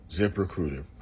ZipRecruiter